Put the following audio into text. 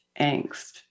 angst